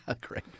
Great